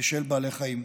של בעלי חיים.